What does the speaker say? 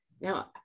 now